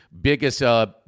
Biggest